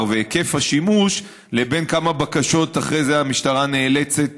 והיקף השימוש לבין כמה בקשות אחרי זה המשטרה נאלצת